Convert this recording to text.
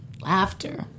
laughter